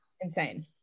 insane